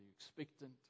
expectant